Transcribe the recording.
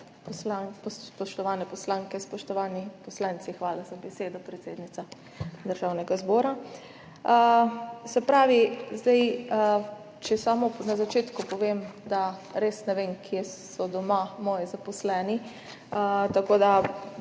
Spoštovane poslanke, spoštovani poslanci! Hvala za besedo, predsednica Državnega zbora. Če samo na začetku povem, da res ne vem, kje so doma moji zaposleni, tako da